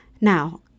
now